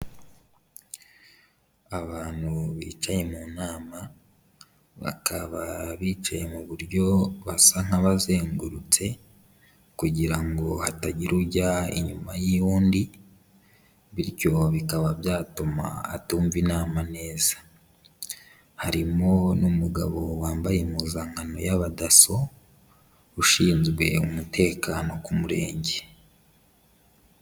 Abantu bicaye mu nama, bakaba bicaye mu buryo basa nk'abazengurutse kugira ngo hatagira ujya inyuma y'undi bityo bikaba byatuma atumva inama neza, harimo n'umugabo wambaye impuzankano y'abadaso, ushinzwe umutekano ku Murenge.